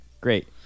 Great